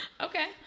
Okay